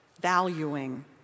valuing